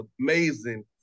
amazing